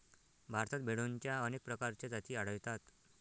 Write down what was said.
भारतात भेडोंच्या अनेक प्रकारच्या जाती आढळतात